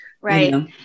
right